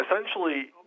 essentially